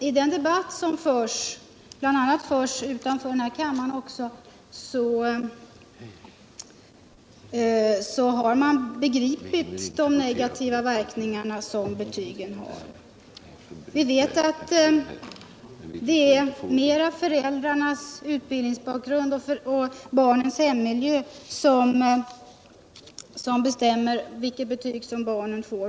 I den debatt som förs utanför den här kammaren har man begripit de negativa verkningarna som betygen har. Vi vet att det i stor utsträckning är föräldrarnas utbildningsbakgrund och barnens hemmiljö som bestämmer vilka betyg barnen får.